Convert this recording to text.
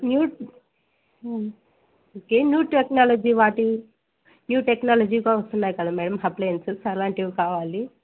new okay new technology వాడే new టెక్నాలజీతో వస్తున్నాయి కదా మేడం అప్లయెన్సెస్ అలాంటివి కావాలి